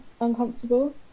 uncomfortable